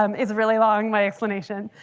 um it's really long, my explanation.